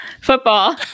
Football